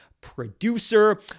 producer